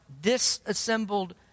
disassembled